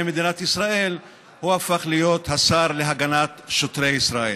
מדינת ישראל הוא הפך להיות השר להגנת שוטרי ישראל.